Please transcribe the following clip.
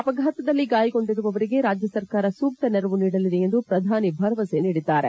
ಅಪಘಾತದಲ್ಲಿ ಗಾಯಗೊಂಡಿರುವವರಿಗೆ ರಾಜ್ಯ ಸರ್ಕಾರ ಸೂಕ್ತ ನೆರವು ನೀಡಲಿದೆ ಎಂದು ಪ್ರಧಾನಿ ಭರವಸೆ ನೀಡಿದ್ದಾರೆ